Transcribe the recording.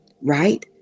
right